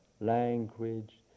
language